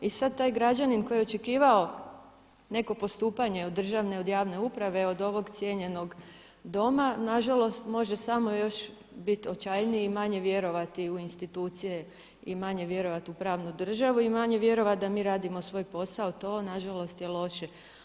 I sada taj građanin koji je očekivao neko postupanje od državne, od javne uprave, od ovog cijenjenog Doma nažalost može samo još biti očajniji i manje vjerovati u institucije i manje vjerovati u pravnu državu i manje vjerovati da mi radimo svoj posao, to nažalost je loše.